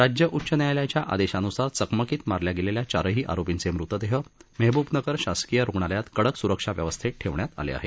राज्य उच्च न्यायालयाच्या आदेशान्सार चकमकीत मारल्या गेलेल्या चारही आरोपींचे मृतदेह मेहबूबनगर शासकीय रुग्णालयात कडक सुरक्षा व्यवस्थैत ठेवण्यात आले आहेत